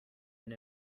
noon